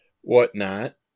whatnot